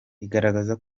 igaragaza